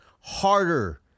harder